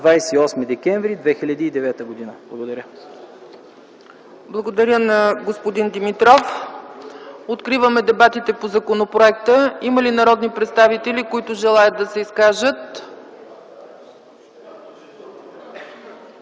28 декември 2009 г.” Благодаря. ПРЕДСЕДАТЕЛ ЦЕЦКА ЦАЧЕВА: Благодаря на господин Димитров. Откриваме дебатите по законопроекта. Има ли народни представители, които желаят да се изкажат?